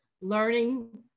learning